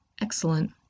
Excellent